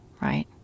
right